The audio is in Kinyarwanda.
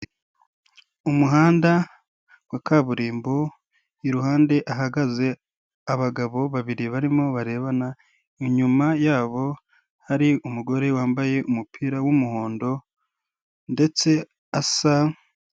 Umuhanda wa kaburimbo iruhande hahagaze abagabo babiri barimo barebana, inyuma yabo hari umugore wambaye umupira w'umuhondo ndetse asa.